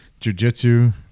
jujitsu